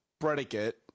predicate